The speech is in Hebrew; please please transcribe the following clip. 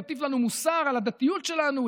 מטיף לנו מוסר על הדתיות שלנו,